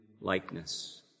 likeness